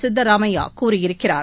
சித்தராமையா கூறியிருக்கிறார்